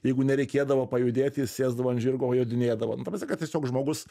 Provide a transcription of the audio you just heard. jeigu nereikėdavo pajudėti sėsdavo ant žirgo jodinėdavo nu ta prasme kad tiesiog žmogus